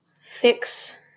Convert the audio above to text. fix